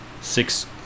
six